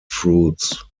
fruits